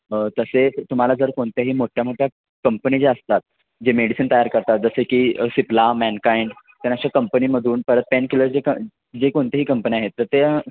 तसेच तुम्हाला जर कोणत्याही मोठ्या मोठ्या कंपनी जे असतात जे मेडिसिन तयार करतात जसे की सिपला मॅनकाइंड तर अशा कंपनीमधून परत पेन किलर जे क जे कोणतेही कंपन्या आहेत तर त्या